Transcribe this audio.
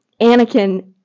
Anakin